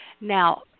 Now